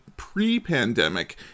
pre-pandemic